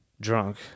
Drunk